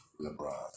LeBron